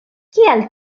kial